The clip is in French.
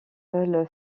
veulent